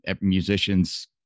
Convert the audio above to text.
musicians